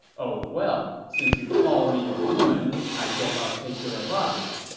oh, well, since you called me a woman, i guess i'll take your advice.